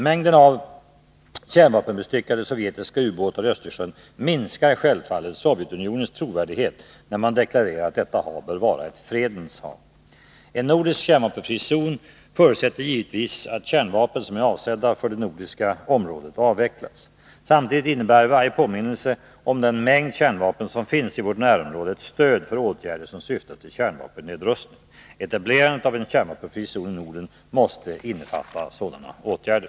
Mängden av kärnvapenbestyckade sovjetiska ubåtar i Östersjön minskar självfallet Sovjetunionens trovärdighet när man deklarerar att detta hav bör vara ett fredens hav. En nordisk kärnvapenfri zon förutsätter givetvis att kärnvapen som är avsedda för det nordiska området avvecklas. Samtidigt innebär varje påminnelse om den mängd kärnvapen som finns i vårt närområde ett stöd för åtgärder som syftar till kärnvapennedrustning. Etablerandet av en kärnvapenfri zon i Norden måste innefatta sådana åtgärder.